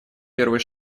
первый